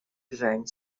gvern